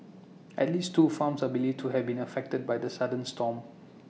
at least two farms are believed to have been affected by the sudden storm